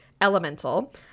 Elemental